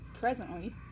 presently